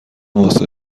واسه